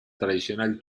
tradicional